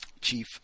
chief